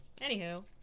Anywho